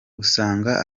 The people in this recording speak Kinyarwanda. usanga